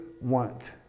want